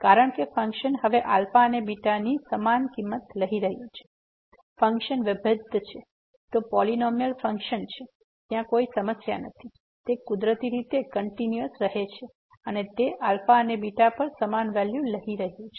કારણ કે ફંક્શન હવે અને β ની સમાન કિંમત લઈ રહ્યું છે ફંક્શન વિભેદ્ધ છે તે પોલીનોમીયલ ફંક્શન છે ત્યાં કોઈ સમસ્યા નથી તે કુદરતી રીતે કંટીન્યુયસ રહે છે અને તે અને β પર સમાન વેલ્યુ લઈ રહ્યું છે